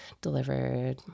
delivered